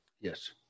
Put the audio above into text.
yes